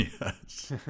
Yes